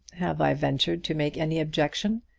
have i ventured to make any objection?